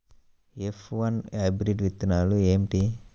F one hybrid విత్తనాలు ఏమిటి?